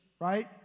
right